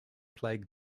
plagued